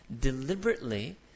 deliberately